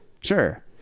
sure